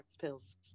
pills